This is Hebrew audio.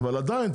אבל עדיין,